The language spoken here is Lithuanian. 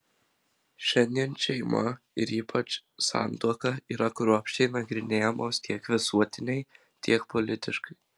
šiandien šeima ir ypač santuoka yra kruopščiai nagrinėjamos tiek visuotinai tiek politiškai